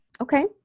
Okay